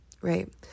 right